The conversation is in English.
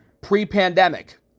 pre-pandemic